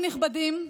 חברים נכבדים,